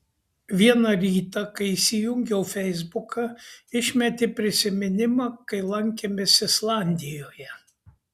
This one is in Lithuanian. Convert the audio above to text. vieną rytą kai įsijungiau feisbuką išmetė prisiminimą kai lankėmės islandijoje